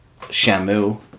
Shamu